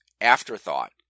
afterthought